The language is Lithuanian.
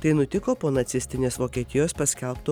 tai nutiko po nacistinės vokietijos paskelbto